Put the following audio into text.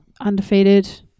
undefeated